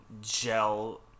gel